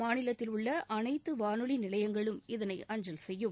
மாநிலத்தில் உள்ள அனைத்து வானொலி நிலையங்களும் இதனை அஞ்சல் செய்யும்